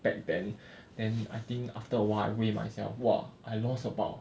back then then I think after a while I weigh myself !wah! I lost about